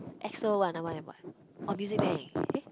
EXO one another one then what oh Music Bank